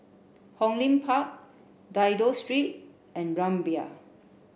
Hong Lim Park Dido Street and Rumbia